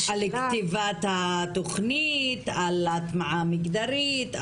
כתיבת התוכנית, על הטמעה מגדרית?